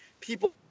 people